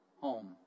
home